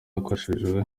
hakoreshejwe